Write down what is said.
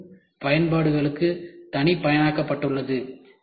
மேலும் இது பயன்பாடுகளுக்கு தனிப்பயனாக்கப்பட்டுள்ளது